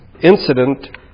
incident